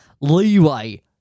leeway